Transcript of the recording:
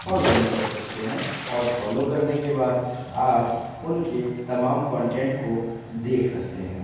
follow بھی کر سکتے ہیں اور فالو کرنے کے بعد آپ ان کے تمام کانٹینٹ کو دیکھ سکتے ہیں